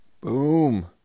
Boom